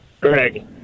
Greg